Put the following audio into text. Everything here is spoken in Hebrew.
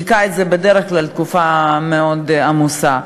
כי הקיץ הוא בדרך כלל תקופה מאוד עמוסה.